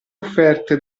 offerte